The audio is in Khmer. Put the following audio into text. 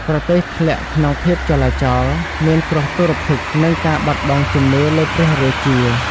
ប្រទេសធ្លាក់ក្នុងភាពចលាចល មានគ្រោះទុរ្ភិក្ស និងការបាត់បង់ជំនឿលើព្រះរាជា។